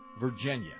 Virginia